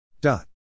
dot